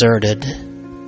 deserted